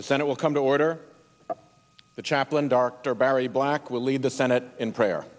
the senate will come to order the chaplain dr barry black will lead the senate in prayer